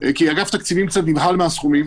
כי אגף תקציבים קצת נבהל מהסכומים.